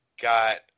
got